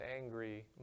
angry